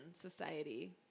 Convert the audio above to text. Society